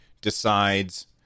decides